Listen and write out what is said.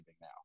now